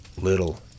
Little